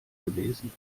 gewesen